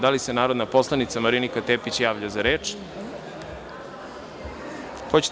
Da li se narodna poslanica Marinika Tepić javlja za reč? (Da)